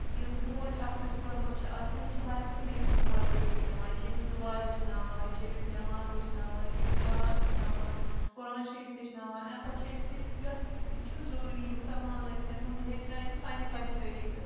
یہِ موج اَکھ یۄس پٔرمٕژ چھِ آسان یہِ چھےٚ بَچَس یِمَے یِمَے طور طریٖقہٕ دِوان یہِ چھےٚ أمِس دُعا ہیٚچھناوان یہِ چھِ أمِس نٮ۪ماز ہیٚچھناوان یہِ چھِ أمِس قران ہیٚچھناوان قران شریٖف ہیٚچھناوان اَمۍ پَتہٕ چھِ أمِس یہِ یۄس یہِ چھُنہٕ ضٔروٗری یہِ مُسلمان ٲسۍتَن ہیوٚنٛد یہِ ہیٚچھنایہِ أمِس پنٛنہِ پنٛنہِ طریٖقہٕ